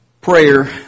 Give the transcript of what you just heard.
prayer